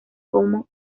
como